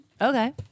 Okay